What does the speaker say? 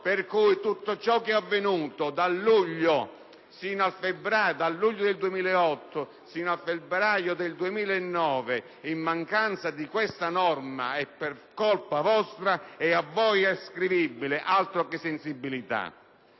ragione tutto ciò che è avvenuto dal luglio 2008 fino al febbraio 2009 in mancanza di questa norma è colpa vostra, è a voi ascrivibile, altro che sensibilità.